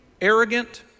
arrogant